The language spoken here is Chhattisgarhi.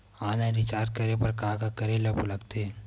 ऑनलाइन रिचार्ज करे बर का का करे ल लगथे?